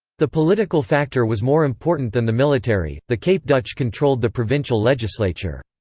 the political factor was more important than the military the cape dutch controlled the provincial legislature.